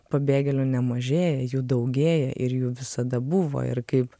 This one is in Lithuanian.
pabėgelių nemažėja jų daugėja ir jų visada buvo ir kaip